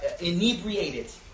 inebriated